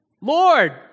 Lord